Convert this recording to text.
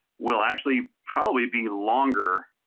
well actually probably be longer.